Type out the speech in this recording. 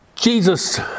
Jesus